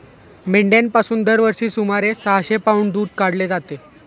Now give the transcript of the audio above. मेंढ्यांपासून दरवर्षी सुमारे सहाशे पौंड दूध काढले जाते